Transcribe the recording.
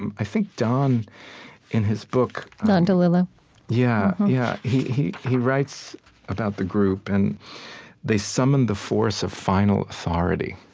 and i think don in his book, don delillo yeah. yeah. he he writes about the group and they summoned the force of final authority.